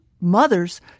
mothers